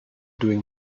doing